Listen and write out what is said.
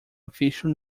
official